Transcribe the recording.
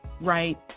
right